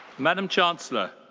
madame chancellor,